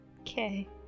Okay